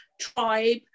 tribe